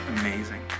amazing